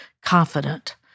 confident